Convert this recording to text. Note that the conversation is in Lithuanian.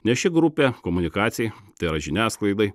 nes ši grupė komunikacijai tai yra žiniasklaidai